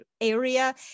area